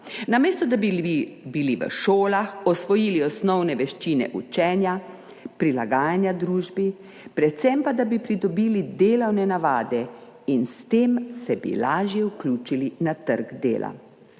namesto da bi v šolah osvojili osnovne veščine učenja, prilagajanja družbi, predvsem pa da bi pridobili delovne navade in se s tem lažje vključili na trg dela.